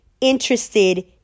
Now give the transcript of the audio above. interested